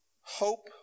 hope